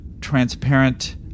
transparent